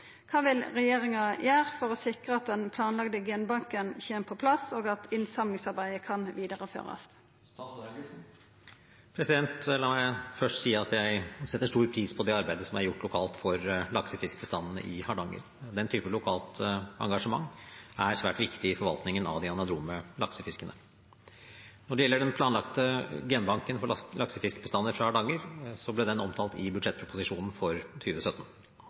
Kva vil regjeringa gjere for å sikre at den planlagde genbanken kjem på plass, og at innsamlingsarbeidet kan vidareførast?» La meg først si at jeg setter stor pris på det arbeidet som er gjort lokalt for laksefiskbestandene i Hardanger. Den typen lokalt engasjement er svært viktig i forvaltningen av de anadrome laksefiskene. Når det gjelder den planlagte genbanken for laksefiskbestander fra Hardanger, ble den omtalt i budsjettproposisjonen for